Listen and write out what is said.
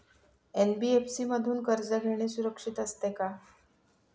NBFC मधून कर्ज घेणे सुरक्षित असते का?